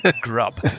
grub